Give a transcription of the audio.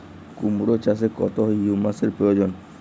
কুড়মো চাষে কত হিউমাসের প্রয়োজন?